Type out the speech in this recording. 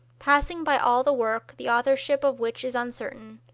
passing by all the work the authorship of which is uncertain,